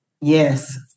Yes